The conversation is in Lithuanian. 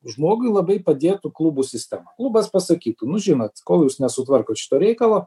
žmogui labai padėtų klubų sistema klubas pasakytų nu žinot kol jūs nesutvarkot šito reikalo